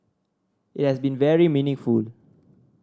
it has been very meaningful